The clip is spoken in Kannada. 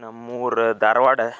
ನಮ್ಮೂರು ಧಾರವಾಡ